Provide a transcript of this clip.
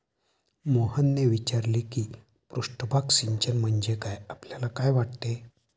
मोहनने विचारले की पृष्ठभाग सिंचन म्हणजे आपल्याला काय वाटते?